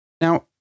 now